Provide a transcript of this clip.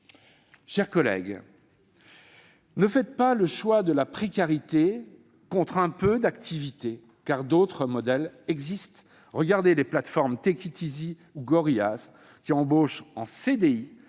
Chers collègues, ne faites pas le choix de la précarité contre un peu d'activité, car d'autres modèles existent. Regardez les plateformes Take Eat Easy ou Gorillas, qui embauchent en